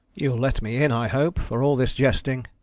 you'll let me in i hope, for all this jesting.